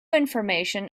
information